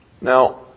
Now